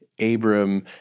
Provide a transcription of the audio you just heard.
Abram